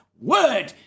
word